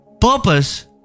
Purpose